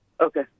Okay